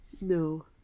No